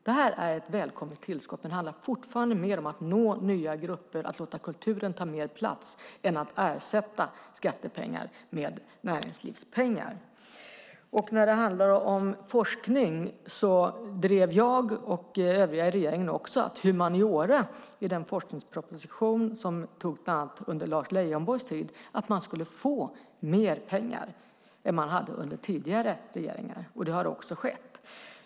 Det är ett välkommet tillskott, men det handlar fortfarande mer om att nå nya grupper och att låta kulturen ta mer plats än att ersätta skattepengar med näringslivspengar. När det gäller forskning drev jag och övriga i regeringen - i den forskningsproposition som togs fram under Lars Leijonborgs tid - att humaniora skulle få mer pengar än man hade fått under tidigare regeringar, och så har det också blivit.